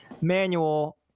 manual